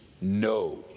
No